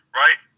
right